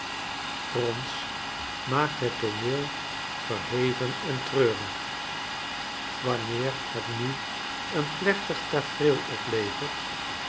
gronds maakt het tooneel verheven en treurig wanneer het nu een plechtig tafereel oplevert